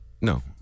No